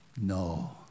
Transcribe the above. No